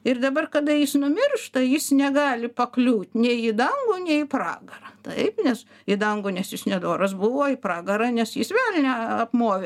ir dabar kada jis numiršta jis negali pakliūt nei į dangų nei į pragarą taip nes į dangų nes jis nedoras buvo į pragarą nes jis velnią apmovė